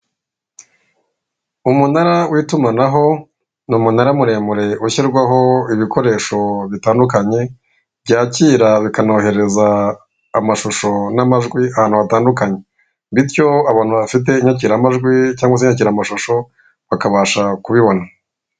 Umunara w'itumanaho, ni umunara muremure ushyirwaho ibikoresho bitandukanye, byakira bikanohereza amashusho n'amajwi ahantu hatandukanye, bityo abantu bafite inyakiramajwi cyangwa inyakiramashusho bakabasha kubibona.